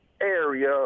Area